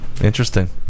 interesting